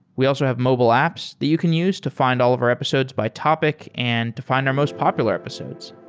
we also have mobile apps that you can use to find all of our episodes by topic and to find our most popular episodes.